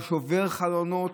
הוא שובר חלונות,